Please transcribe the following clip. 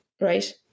right